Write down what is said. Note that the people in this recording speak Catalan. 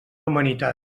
humanitat